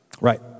Right